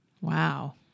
Wow